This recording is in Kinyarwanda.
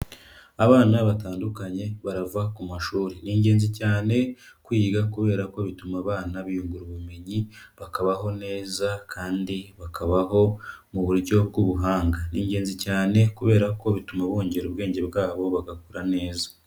Abana batandukanye barava ku mashuri, ni ingenzi cyane kwiga kubera ko bituma abana biyungura ubumenyi, bakabaho neza kandi bakabaho mu buryo bw'ubuhanga, ni ingenzi cyane kubera ko bituma bongera ubwenge bwabo bagakura neza.